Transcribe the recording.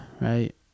right